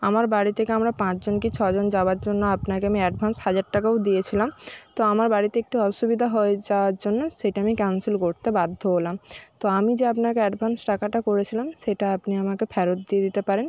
আমার বাড়ি থেকে আমরা পাঁচজন কি ছজন যাওয়ার জন্য আপনাকে আমি অ্যাডভান্স হাজার টাকাও দিয়েছিলাম তো আমার বাড়িতে একটু অসুবিধা হয়ে যাওয়ার জন্য সেটা আমি ক্যান্সেল করতে বাধ্য হলাম তো আমি যে আপনাকে অ্যাডভান্স টাকাটা করেছিলাম সেটা আপনি আমাকে ফেরত দিয়ে দিতে পারেন